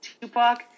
Tupac